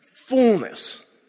fullness